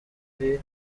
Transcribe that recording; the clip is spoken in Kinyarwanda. iri